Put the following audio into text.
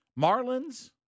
Marlins